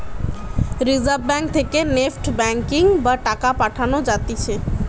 reserve Bank থেকে NEFT banking বা টাকা পাঠান যাতিছে